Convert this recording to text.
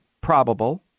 probable